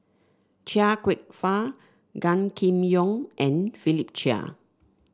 Chia Kwek Fah Gan Kim Yong and Philip Chia